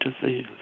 disease